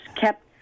kept